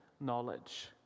knowledge